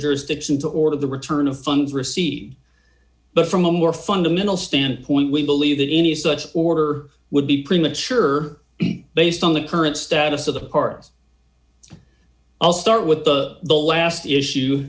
jurisdiction to order the return of funds received but from a more fundamental standpoint we believe that any such order would be premature based on the current status of the partners i'll start with the last issue